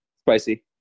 Spicy